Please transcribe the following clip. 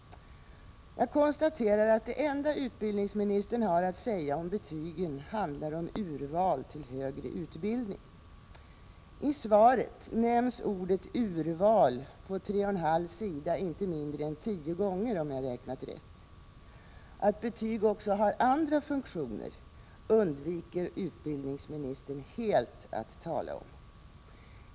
Jag konstaterar att det enda utbildningsministern har att säga om betygen handlar om urval till högre utbildning. I svaret nämns ordet ”urval” inte mindre än tio gånger på tre och en halv sida, om jag har räknat rätt. Att betyg också har andra funktioner undviker utbildningsministern helt att tala om.